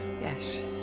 Yes